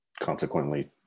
Consequently